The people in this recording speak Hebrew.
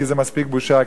כי זה מספיק בושה,